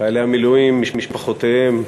חיילי המילואים, משפחותיהם,